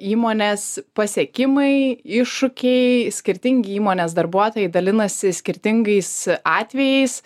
įmonės pasiekimai iššūkiai skirtingi įmonės darbuotojai dalinasi skirtingais atvejais